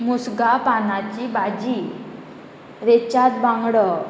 मुसगा पानाची भाजी रेचात बांगडो